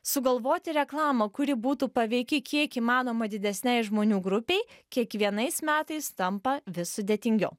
sugalvoti reklamą kuri būtų paveiki kiek įmanoma didesnei žmonių grupei kiekvienais metais tampa vis sudėtingiau